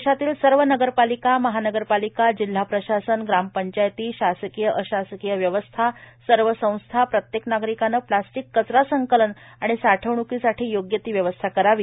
देशातील सर्व नगरपालिका महानगरपालिका जिल्हा प्रशासन ग्रामपंचायती शासकीय अशासकीय व्यवस्था सर्व संस्था प्रत्येक नागरिकानं प्लास्टिक कचरा संकलन आणि साठवणुकीसाठी योग्य ती व्यवस्था करावी